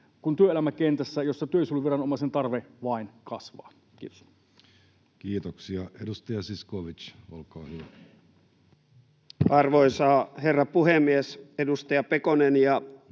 saa työelämäkentässä, jossa työsuojeluviranomaisen tarve vain kasvaa? — Kiitos. Kiitoksia. — Edustaja Zyskowicz, olkaa hyvä. Arvoisa herra puhemies! Edustaja Pekonen ja